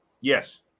Yes